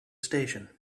station